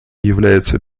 является